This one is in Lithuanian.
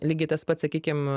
lygiai tas pats sakykim